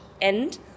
end